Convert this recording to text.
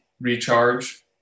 recharge